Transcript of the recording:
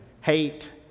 Hate